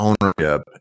ownership